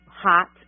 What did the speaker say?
hot